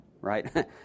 right